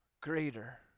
greater